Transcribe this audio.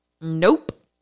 Nope